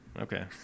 Okay